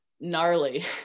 gnarly